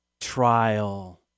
trial